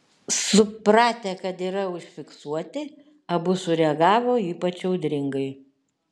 supratę kad yra užfiksuoti abu sureagavo ypač audringai